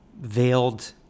veiled